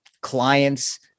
clients